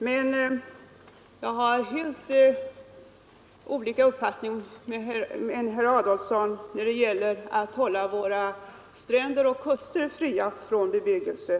Men jag har en helt annan uppfattning än herr Adolfsson när det gäller att hålla våra stränder och kuster fria från bebyggelse.